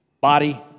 Body